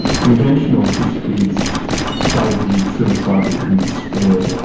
and conventional histories say that he suicided in despair.